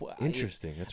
Interesting